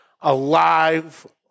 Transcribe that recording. alive